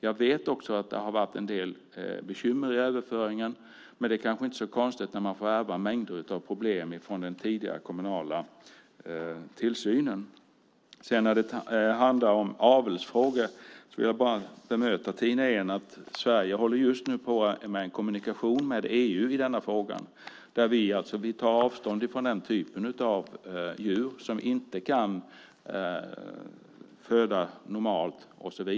Jag vet också att det har varit en del bekymmer när det gäller överföringen, men det kanske inte är så konstigt när man får ärva mängder av problem från den tidigare kommunala tillsynen. När det handlar om avelsfrågor vill jag bara bemöta Tina Ehn och säga att Sverige just nu håller på med en kommunikation med EU i denna fråga. Vi tar avstånd från den typen av djur som inte kan föda normalt.